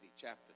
chapter